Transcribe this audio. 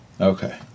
Okay